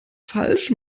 falsch